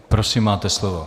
Prosím, máte slovo.